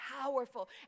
powerful